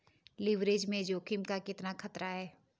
Leverage में जोखिम का कितना खतरा है?